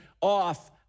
off